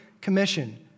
Commission